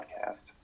podcast